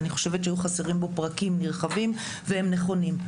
אני חושבת שהיו חסרים בו פרקים נרחבים והם נכונים.